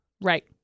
Right